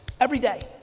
every day,